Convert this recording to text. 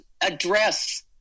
address